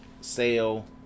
sale